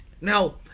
Now